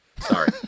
Sorry